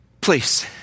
Please